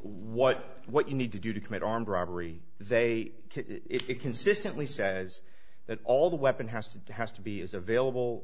what what you need to do to commit armed robbery they it consistently says that all the weapon has to has to be is available